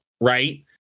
right